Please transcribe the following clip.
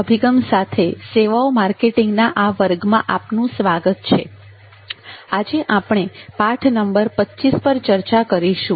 આજે આપણે પાઠ નંબર 25 પર ચર્ચા કરીશું